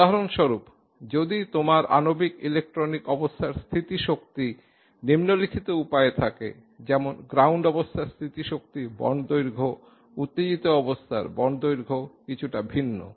উদাহরণস্বরূপ যদি তোমার আণবিক ইলেকট্রনিক অবস্থার স্থিতি শক্তি নিম্নলিখিত উপায়ে থাকে যেমন গ্রাউন্ড অবস্থার স্থিতি শক্তি বন্ড দৈর্ঘ্য উত্তেজিত অবস্থার বন্ড দৈর্ঘ্য কিছুটা ভিন্ন